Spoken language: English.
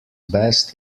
best